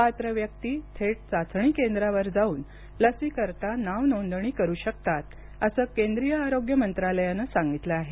पात्र व्यक्ती थेट चाचणी केंद्रावर जाऊन नावनोदणी करुन लस घेऊ शकतात असं केंद्रीय आरोग्य मंत्रालयानं सांगितलं आहे